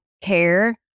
care